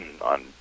on